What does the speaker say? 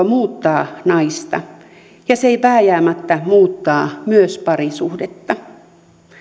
muuttaa naista ja se vääjäämättä muuttaa myös parisuhdetta